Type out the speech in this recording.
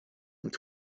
und